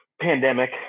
pandemic